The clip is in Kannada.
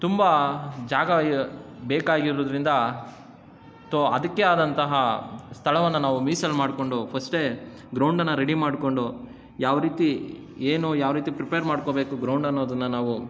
ತುಂಬ ಜಾಗ ಬೇಕಾಗಿರೋದರಿಂದ ತೊ ಅದಕ್ಕೆ ಆದಂತಹ ಸ್ಥಳವನ್ನು ನಾವು ಮೀಸಲು ಮಾಡಿಕೊಂಡು ಫಸ್ಟೆ ಗ್ರೌಂಡನ್ನ ರೆಡಿ ಮಾಡಿಕೊಂಡು ಯಾವ ರೀತಿ ಏನು ಯಾವ ರೀತಿ ಪ್ರಿಪೇರ್ ಮಾಡಿಕೋಬೇಕು ಗ್ರೌಂಡ್ ಅನ್ನೋದನ್ನು ನಾವು